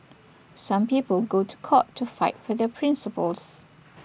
some people go to court to fight for their principles